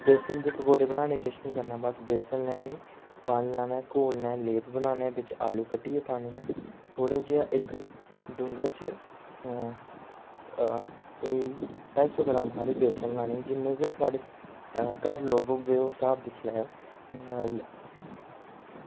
बेसन दे पकौड़े बनाने गी किश निं करना बस बेसन लैनी पानी लैना घोलना लेप बनाना बिच्च आलू पाने ते ओह् कट्टियै पाने न थोह्ड़ा जेहा इक डूंगा च कोई ढाई सौ ग्राम हारी बेसन लैनी जिन्ना हारे घर लोग होगे ओह् स्हाब दिक्खी लैओ